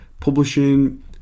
publishing